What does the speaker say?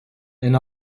and